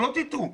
שלא תטעו.